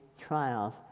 trials